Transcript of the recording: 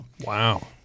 Wow